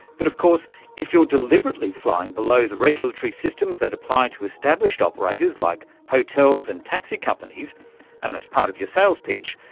but of course if you're deliberately flying below the regulatory systems that apply to established operators like hotels and taxi companies and that's part of your sales pitch,